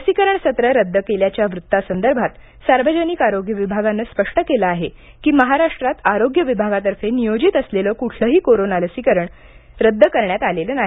लसीकरण सत्र रद्द केल्याच्या व्त्तासंदर्भात सार्वजनिक आरोग्य विभागाने स्पष्ट केलं आहे की महाराष्ट्रात आरोग्य विभागातर्फे नियोजित असलेले कुठलेही करोना लसीकरण सत्र रद्द करण्यात आलेले नाही